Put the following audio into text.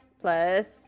Plus